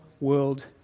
world